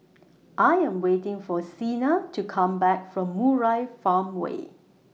I Am waiting For Sina to Come Back from Murai Farmway